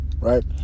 right